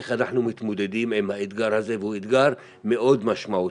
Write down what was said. איך אנחנו מתמודדים עם האתגר הזה והוא אתגר מאוד משמעותי.